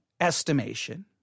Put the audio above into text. estimation